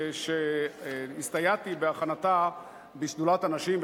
שהסתייעתי בהכנתה בשדולת הנשים,